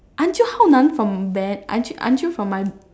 aren't you hao nan from band aren't you aren't you from my